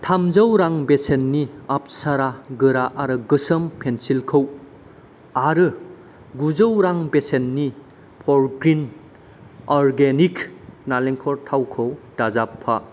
थामजौ रां बेसेननि आपसारा गोरा आरो गोसोम पेन्सिलखौ आरो गुजौ रां बेसेननि फरग्रिन अरगेनिक नालेंखर थावखौ दाजाबफा